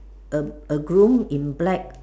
a a groom in black